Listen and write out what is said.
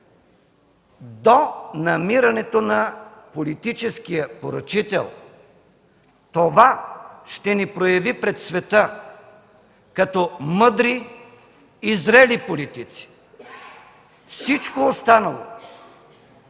до намирането на политическия поръчител. Това ще ни прояви пред света като мъдри и зрели политици. Всичко останало